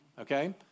okay